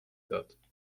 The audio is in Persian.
داد